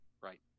right